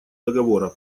договора